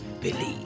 believe